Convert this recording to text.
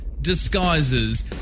disguises